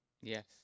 Yes